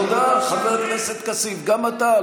תודה, חבר הכנסת כסיף, גם אתה.